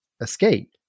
escape